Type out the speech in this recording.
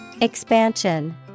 Expansion